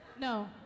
No